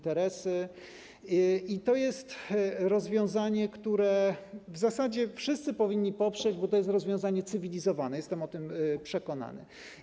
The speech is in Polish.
To jest rozwiązanie, które w zasadzie wszyscy powinni poprzeć, bo to jest rozwiązanie cywilizowane, jestem o tym przekonany.